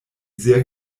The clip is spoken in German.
sehr